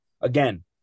again